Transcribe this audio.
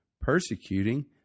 persecuting